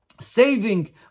saving